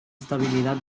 estabilidad